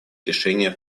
решения